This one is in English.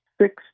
six